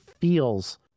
feels